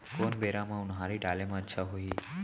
कोन बेरा म उनहारी डाले म अच्छा होही?